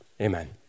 Amen